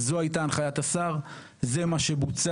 זו הייתה הנחיית השר, זה מה שבוצע.